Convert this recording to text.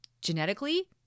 genetically